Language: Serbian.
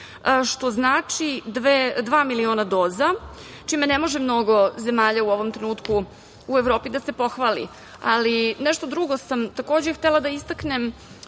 što znači dva miliona doza, čime ne može mnogo zemalja u ovom trenutku u Evropi da se pohvali. Nešto drugo sam takođe htela da istaknem,